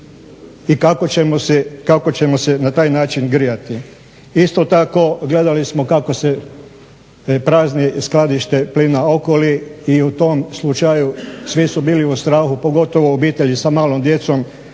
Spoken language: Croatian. i kako ćemo se na taj način grijati? Isto tako gledali smo kako se prazni skladište plina OKOLI i u tom slučaju svi su bili u strahu, pogotovo obitelji sa malom djecom